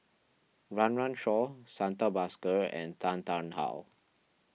Run Run Shaw Santha Bhaskar and Tan Tarn How